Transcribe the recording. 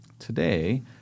Today